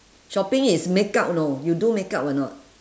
shopping is makeup you know you do makeup or not